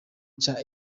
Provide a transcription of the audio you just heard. cya